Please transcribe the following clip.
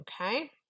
Okay